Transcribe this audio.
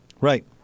Right